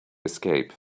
escape